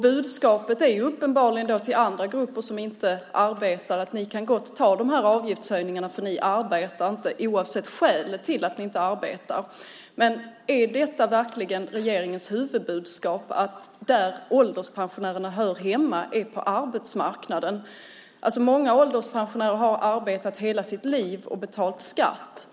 Budskapet är uppenbarligen till andra grupper som inte arbetar: Ni kan gott ta avgiftshöjningarna för ni arbetar inte, oavsett skälet till att ni inte arbetar. Är det verkligen regeringens huvudbudskap att var ålderspensionärerna hör hemma är på arbetsmarknaden? Många ålderspensionärer har arbetat hela sitt liv och betalat skatt.